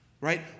Right